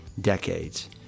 decades